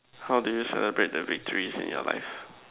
how do you celebrate the victories in your life